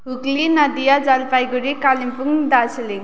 Hooghly Nadia Jalpaiguri Kalimpong Darjeeling